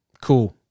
Cool